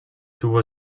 tuvo